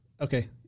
Okay